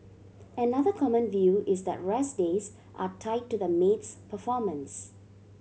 another common view is that rest days are tied to the maid's performance